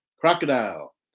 Crocodile